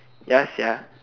ya sia